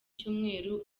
cyumweru